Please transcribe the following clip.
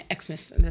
Xmas